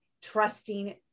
trusting